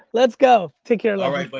let's go. take care. all ah right, buddy.